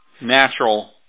natural